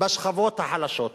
בשכבות החלשות,